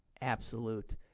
absolute